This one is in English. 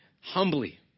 humbly